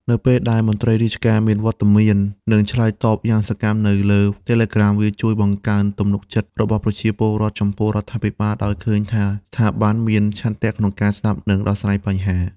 នៅពេលដែលមន្ត្រីរាជការមានវត្តមាន និងឆ្លើយតបយ៉ាងសកម្មនៅលើ Telegram វាជួយ បង្កើនទំនុកចិត្ត របស់ប្រជាពលរដ្ឋចំពោះរដ្ឋាភិបាល ដោយឃើញថាស្ថាប័នមានឆន្ទៈក្នុងការស្ដាប់ និងដោះស្រាយបញ្ហា។